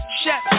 chef